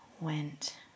went